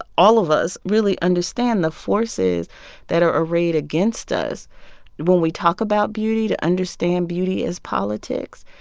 all of us really understand the forces that are arrayed against us when we talk about beauty, to understand beauty as politics,